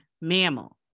mammal